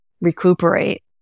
recuperate